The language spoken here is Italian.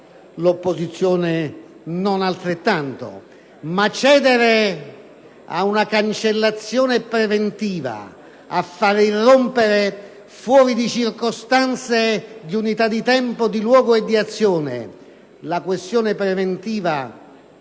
l'opposizione non farà altrettanto. Ma cedere a una cancellazione preventiva, fare irrompere fuori dalle circostanze di unità di tempo, di luogo e di azione la questione preventiva